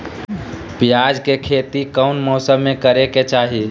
प्याज के खेती कौन मौसम में करे के चाही?